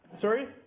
Sorry